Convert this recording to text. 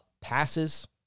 passes